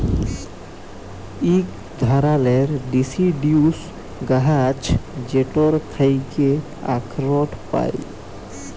ইক ধারালের ডিসিডিউস গাহাচ যেটর থ্যাকে আখরট পায়